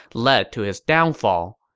led to his downfall.